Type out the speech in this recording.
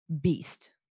beast